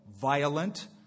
violent